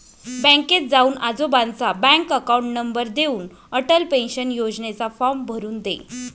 बँकेत जाऊन आजोबांचा बँक अकाउंट नंबर देऊन, अटल पेन्शन योजनेचा फॉर्म भरून दे